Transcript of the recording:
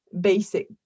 basic